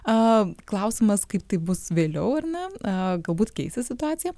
klausimas kaip tai bus vėliau ar ne galbūt keisis situacija